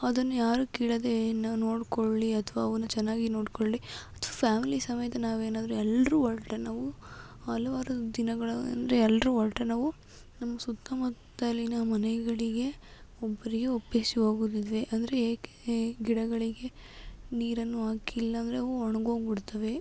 ಅದನ್ನು ಯಾರೂ ಕೀಳದೇ ನಾ ನೋಡಿಕೊಳ್ಳಿ ಅಥವಾ ಅವನ್ನು ಚೆನ್ನಾಗಿ ನೋಡಿಕೊಳ್ಳಿ ಅಥವಾ ಫ್ಯಾಮಿಲಿ ಸಮೇತ ನಾವೇನಾದರೂ ಎಲ್ಲರೂ ಹೊರ್ಟ್ರೆ ನಾವು ಹಲವಾರು ದಿನಗಳು ಅಂದರೆ ಎಲ್ಲರೂ ಹೊರ್ಟ್ರೆ ನಾವು ನಮ್ಮ ಸುತ್ತಮುತ್ತಲಿನ ಮನೆಗಳಿಗೆ ಒಬ್ಬರಿಗೆ ಒಪ್ಪಿಸಿ ಹೋಗೋದಿದೆ ಅಂದರೆ ಏಕೆ ಗಿಡಗಳಿಗೆ ನೀರನ್ನು ಹಾಕಿಲ್ಲ ಅಂದರೆ ಅವು ಒಣಗೋಗಿ ಬಿಡ್ತವೆ